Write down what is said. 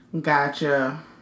Gotcha